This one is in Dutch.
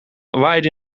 waaide